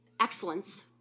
excellence